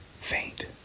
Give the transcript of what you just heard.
Faint